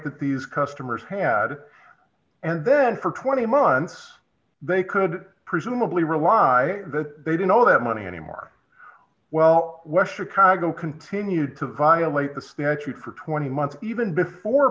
that these customers had and then for twenty months they could presumably rely that they do know that money anymore well why should congo continue to violate the statute for twenty months even before